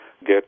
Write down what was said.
get